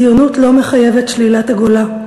הציונות לא מחייבת שלילת הגולה,